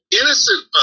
innocent